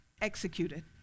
executed